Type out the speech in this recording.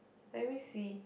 let me see